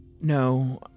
No